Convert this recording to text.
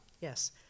Yes